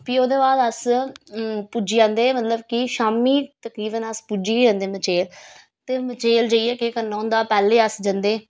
फ्ही ओह्दे बाद अस पुज्जी जन्दे मतलब कि शामी तक़रीबन अस पुज्जी गै जन्दे मचेल ते मचेल जाइयै केह् करना होंदा पैह्ले अस जन्दे